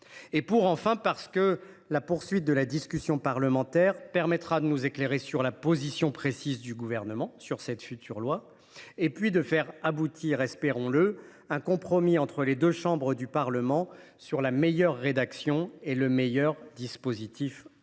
à ce texte parce que la poursuite de la discussion parlementaire permettra de nous éclairer sur la position précise du Gouvernement sur ce sujet, et fera émerger, espérons le, un compromis entre les deux chambres du Parlement sur la meilleure rédaction et le meilleur dispositif possible.